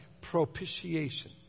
propitiation